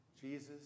Jesus